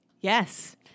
Yes